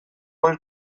voice